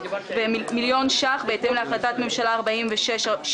ומיליון ש"ח בהתאם להחלטת ממשלה 4676,